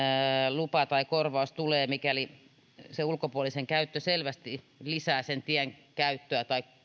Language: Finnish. lupa tai korvaus tulee mikäli ulkopuolisen käyttö selvästi lisää tien käyttöä tai